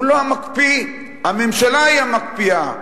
הוא לא המקפיא, הממשלה היא המקפיאה,